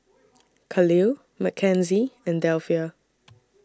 Kahlil Mackenzie and Delphia